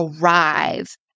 arrive